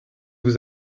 vous